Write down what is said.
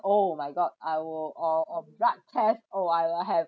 oh my god I will or on blood test oh I will have